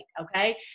okay